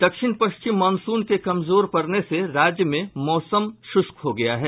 दक्षिण पश्चिम मॉनसून के कमजोर पड़ने से राज्य में मौसम शुस्क हो गया है